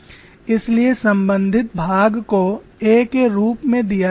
इसीलिए संबंधित भाग को a के रूप में दिया गया है